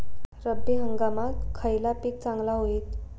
रब्बी हंगामाक खयला पीक चांगला होईत?